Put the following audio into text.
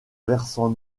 versant